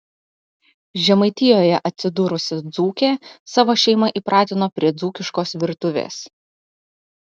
žemaitijoje atsidūrusi dzūkė savo šeimą įpratino prie dzūkiškos virtuvės